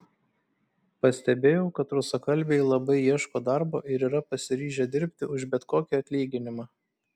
pastebėjau kad rusakalbiai labai ieško darbo ir yra pasiryžę dirbti už bet kokį atlyginimą